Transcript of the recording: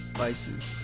vices